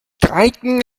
streiten